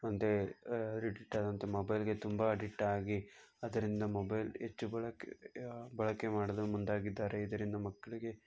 ಒಂದೇ ಅಡಿಕ್ಟಾದಂಥ ಮೊಬೈಲ್ಗೆ ತುಂಬ ಅಡಿಕ್ಟಾಗಿ ಅದರಿಂದ ಮೊಬೈಲ್ ಹೆಚ್ಚು ಬಳಕೆ ಬಳಕೆ ಮಾಡಲು ಮುಂದಾಗಿದ್ದಾರೆ ಇದರಿಂದ ಮಕ್ಕಳಿಗೆ